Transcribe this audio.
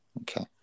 Okay